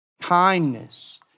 kindness